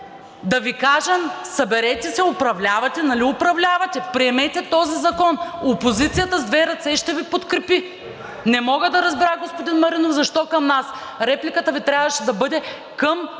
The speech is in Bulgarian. да Ви кажем: съберете се, нали управлявате, приемете този закон, опозицията с две ръце ще Ви подкрепи. Не мога да разбера, господин Маринов, защо към нас. Репликата Ви трябваше да бъде към